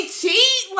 cheat